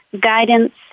guidance